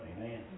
Amen